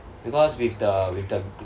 because with the with the